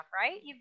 right